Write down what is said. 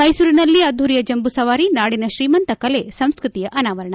ಮೈಸೂರಿನಲ್ಲಿ ಅದ್ದೂರಿಯ ಜಂಬೂಸವಾರಿ ನಾಡಿನ ಶ್ರೀಮಂತ ಕಲೆ ಸಂಸ್ಕತಿಯ ಅನಾವರಣ